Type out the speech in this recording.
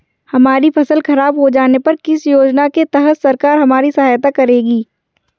हमारी फसल खराब हो जाने पर किस योजना के तहत सरकार हमारी सहायता करेगी?